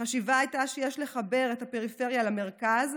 החשיבה הייתה שיש לחבר את הפריפריה למרכז,